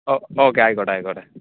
ഓ okay ആയിക്കോട്ടെ ആയിക്കോട്ടെ